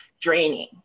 draining